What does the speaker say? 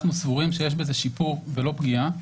אנחנו סבורים שיש בזה שיפור ולא פגיעה.